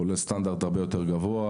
כולל סטנדרט הרבה יותר גבוה,